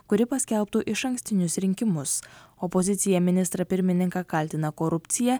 kuri paskelbtų išankstinius rinkimus opozicija ministrą pirmininką kaltina korupcija